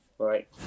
Right